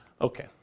Okay